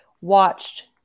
watched